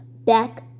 Back